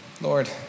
Lord